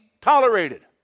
tolerated